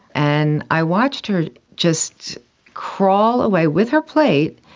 and i watched her just crawl away with her plate,